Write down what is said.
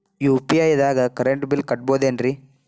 UPI ದಾಗ current bill ಕಟ್ಟಬಹುದೇನ್ರಿ?